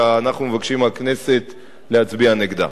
ואנחנו מבקשים מהכנסת להצביע נגדה.